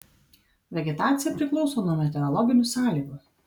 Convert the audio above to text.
vegetacija priklauso nuo meteorologinių sąlygų